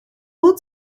uhr